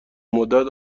مدت